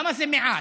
למה זה מעט?